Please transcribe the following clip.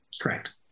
Correct